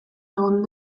egon